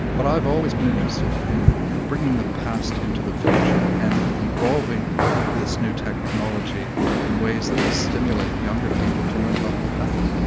but i've always been interested in bringing the past into the future and involving this in new technology in ways that will stimulate younger people to learn about the past.